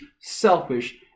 selfish